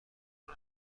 کنن